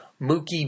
Mookie